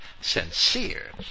sincere